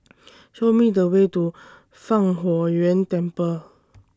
Show Me The Way to Fang Huo Yuan Temple